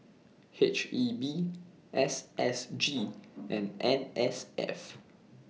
H E B S S G and N S F